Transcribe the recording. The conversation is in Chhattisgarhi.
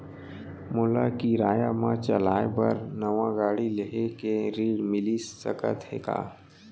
मोला किराया मा चलाए बर नवा गाड़ी लेहे के ऋण मिलिस सकत हे का?